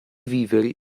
viveri